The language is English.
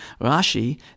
Rashi